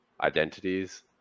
identities